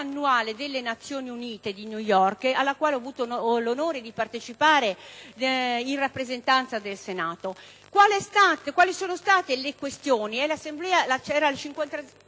annuale delle Nazioni Unite di New York, alla quale ho avuto l'onore di partecipare in rappresentanza del Senato. Ebbene, i temi trattati